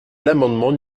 l’amendement